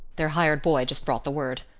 their hired boy just brought the word.